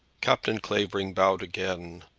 captain clavering bowed again.